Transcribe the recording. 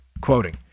quoting